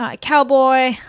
cowboy